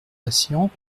patients